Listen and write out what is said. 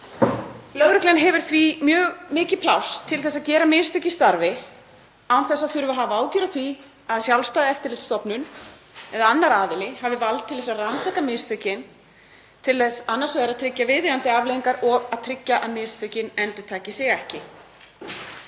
Lögreglan hefur því mjög mikið pláss til að gera mistök í starfi án þess að þurfa að hafa áhyggjur af því að sjálfstæð eftirlitsstofnun eða annar aðili hafi vald til að rannsaka mistökin til þess annars vegar að tryggja viðeigandi afleiðingar og hins vegar að tryggja að mistökin endurtaki sig ekki.